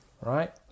right